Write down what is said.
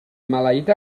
maleït